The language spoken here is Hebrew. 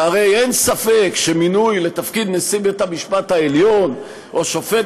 שהרי אין ספק שמינוי לתפקיד נשיא בית-המשפט העליון או שופט